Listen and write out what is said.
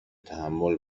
تحمل